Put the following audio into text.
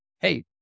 hey